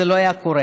זה לא היה קורה.